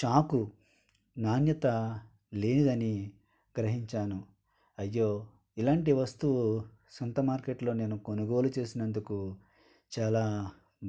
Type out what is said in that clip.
చాకు నాణ్యత లేనిదని గ్రహించాను అయ్యో ఇలాంటి వస్తువు సొంత మార్కెట్ లో నేను కొనుగోలు చేసినందుకు చాలా